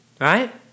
Right